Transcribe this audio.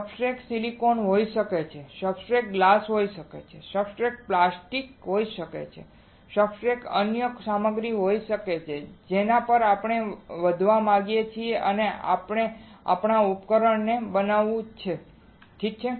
substrate silicon હોઈ શકે છે સબસ્ટ્રેટ ગ્લાસ હોઈ શકે છે સબસ્ટ્રેટ પ્લાસ્ટિક હોઈ શકે છે સબસ્ટ્રેટ અન્ય કોઈપણ સામગ્રી હોઈ શકે છે જેના પર આપણે વધવા માંગીએ છીએ અથવા આપણે આપણા ઉપકરણને બનાવવું છે ઠીક છે